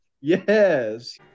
Yes